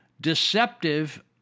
deceptive